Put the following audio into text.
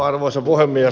arvoisa puhemies